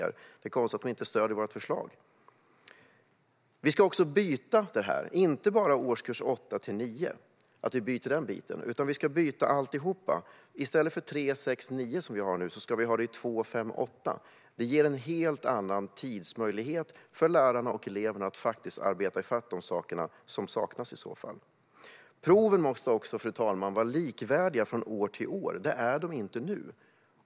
Det är konstigt att de inte stöder vårt förslag. Vi ska också byta årskurs för proven, men inte bara från årskurs 9 till 8, utan vi ska byta alltihop. I stället för årskurserna 3, 6 och 9, som vi har proven i nu, ska vi ha dem i 2, 5 och 8. Det ger en helt annan tidsmöjlighet för lärarna och eleverna att arbeta i fatt där något saknas. Proven måste också, fru talman, vara likvärdiga från år till år. Det är de inte nu.